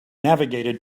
navigated